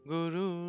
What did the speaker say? Guru